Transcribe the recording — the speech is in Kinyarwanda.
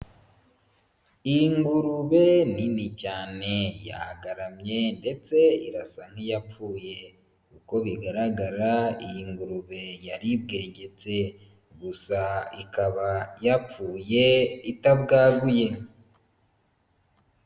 Ingurube nini cyane yagaramye ndetse irasa nk'iyapfuye. Uko bigaragara iyi ngurube yari ibwegetse, gusa ikaba yapfuye itabwaguye.